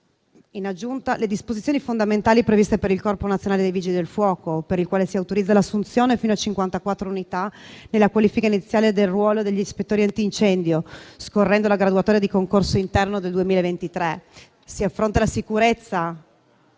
In aggiunta ricordo le disposizioni fondamentali previste per il Corpo nazionale dei vigili del fuoco, per il quale si autorizza l'assunzione fino a 54 unità nella qualifica iniziale del ruolo degli ispettori antincendio, scorrendo la graduatoria di concorso interno del 2023. Si affronta la sicurezza